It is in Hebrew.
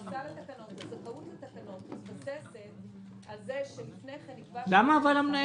הזכאות לתקנות מתבססת על זה שלפני כן נקבע --- אבל למה "המנהל"?